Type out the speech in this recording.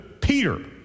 Peter